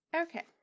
Okay